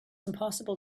impossible